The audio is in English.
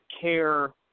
Care